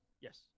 Yes